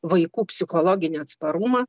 vaikų psichologinį atsparumą